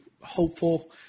hopeful